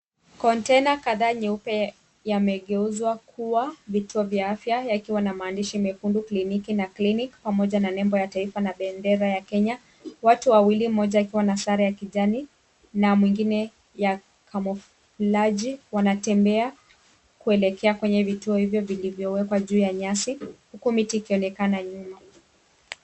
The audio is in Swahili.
Kontena kadhaa nyeupe yamegeuzwa kuwa vituo vya afya yakiwa na maandishi mekundu kliniki na clinic pamoja na nembo ya taifa na bendera ya Kenya. Watu wawili; mmoja akiwa na sare ya kijani na mwingine ya kamafleji wanatembea kuelekea kwenye vituo hivyo vilivyowekwa juu ya nyasi huku miti ikionekana nyuma.